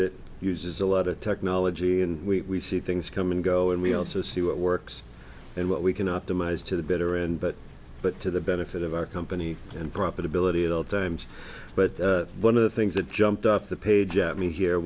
that uses a lot of technology and we see things come and go and we also see what works and what we can optimize to the bitter end but but to the benefit of our company and profitability at all times but one of the things that jumped off the page at me here